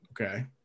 Okay